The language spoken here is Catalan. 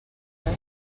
que